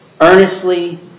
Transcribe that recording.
Earnestly